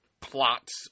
plots